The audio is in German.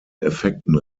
effekten